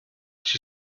she